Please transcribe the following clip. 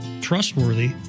trustworthy